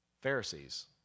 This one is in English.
Pharisees